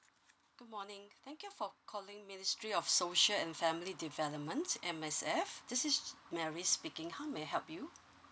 good morning thank you for calling ministry of social and family development M_S_F this is mary speaking how may I help you